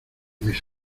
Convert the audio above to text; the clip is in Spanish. mis